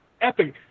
epic